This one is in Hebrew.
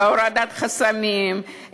להורדת חסמים,